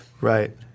Right